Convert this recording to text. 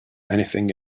anything